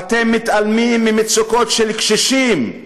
אתם מתעלמים ממצוקות של קשישים,